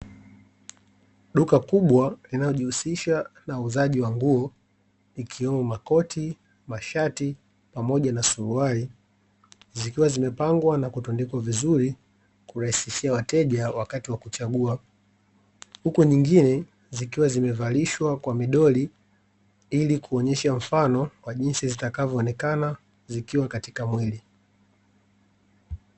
Duka kubwa linayojihusisha na uuzaji wa nguo ikiwemo makoti, mashati pamoja na suruali zikiwa zimepangwa na kutundikwa vizuri kurahisishia wateja wakati wa kuchagua huku nyingine zikiwa zimevalishwa kwa midoli ili kuonyesha mfano kwa jinsi zitakavyoonekana zikiwa katika mwili .